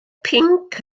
pinc